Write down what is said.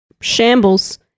Shambles